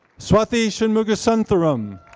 swathi shanmugasundaram.